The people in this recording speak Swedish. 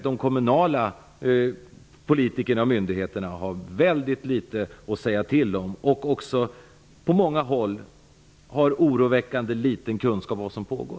De kommunala politikerna och myndigheterna har väldigt litet att säga till om, och på många håll har de oroväckande liten kunskap om vad som pågår.